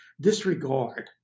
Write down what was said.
disregard